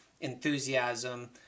enthusiasm